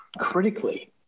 critically